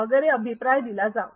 वगैरे अभिप्राय दिला जावा